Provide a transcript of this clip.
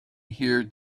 here